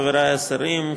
חברי השרים,